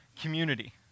community